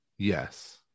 yes